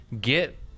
get